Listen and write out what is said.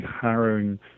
harrowing